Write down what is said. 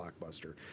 blockbuster